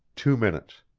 two minutes!